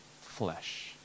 flesh